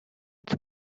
its